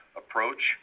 approach